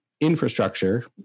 Infrastructure